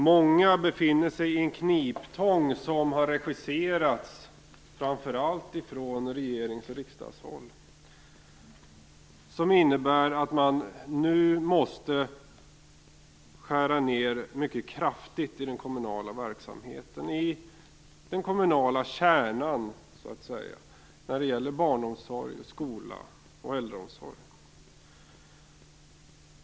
Många befinner sig i en kniptång, regisserad från framför allt regerings och riksdagshåll, som innebär att man nu måste skära ned mycket kraftigt i den kommunala verksamhetens kärna: barnomsorg, skola och äldreomsorg.